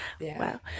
Wow